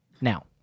now